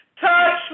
Touch